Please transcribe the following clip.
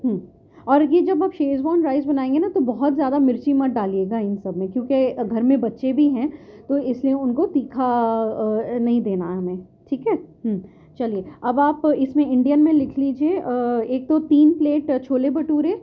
اور یہ جب آپ شیزوان رائس بنائیں گے نا تو بہت زیادہ مرچی مت ڈالیے گا ان سب میں کیونکہ گھر میں بچے بھی ہیں تو اس میں ان کو تیکھا نہیں دینا ہے ہمیں ٹھیک ہے ہوں چلیے اب آپ اس میں انڈین میں لکھ لیجیے ایک تو تین پلیٹ چھولے بھٹورے